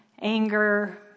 Anger